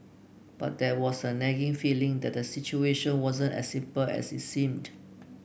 but there was a nagging feeling that the situation wasn't as simple as it seemed